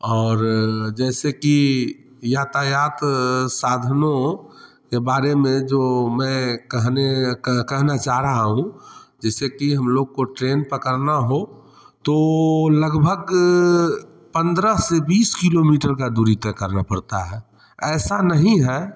और जैसे कि यातायात साधनों के बारे में जो मैं कहने क कहना चाह रहा हूँ जिससे कि हम लोग को ट्रेन पकड़ना हो तो लगभग पंद्रह से बीस किलोमीटर का दूरी तय करना पड़ता है ऐसा नहीं है